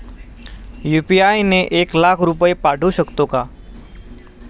UPI ने एक लाख रुपये पाठवू शकतो का?